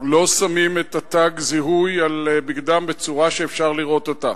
לא שמים את תג הזיהוי על בגדם בצורה שאפשר לראות אותו.